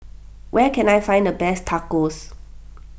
where can I find the best Tacos